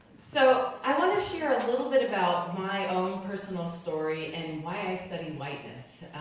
so i wanna share a little bit about my own personal story and why i study whiteness.